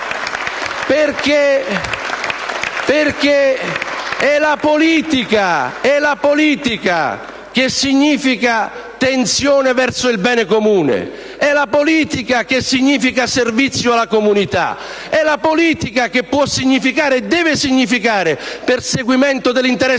È la politica che significa tensione verso il bene comune. È la politica che significa servizio alla comunità. È la politica che può e deve significare perseguimento dell'interesse generale.